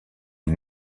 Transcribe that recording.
les